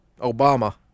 Obama